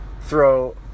throw